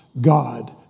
God